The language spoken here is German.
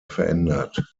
verändert